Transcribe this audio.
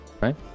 right